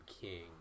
king